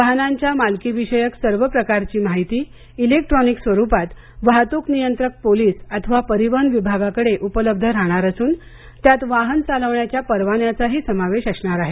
वाहनांच्या मालकीविषयक सर्व प्रकारची माहिती इलेक्ट्रॉनिक स्वरूपात वाहतूक नियंत्रक पोलिस अथवा परिवहन विभागाकडं उपलब्ध राहणार असून त्यात वाहन चालवण्याच्या परवान्याचाही समावेश राहणार आहे